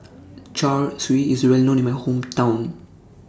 Char Siu IS Well known in My Hometown